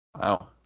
Wow